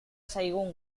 zaigun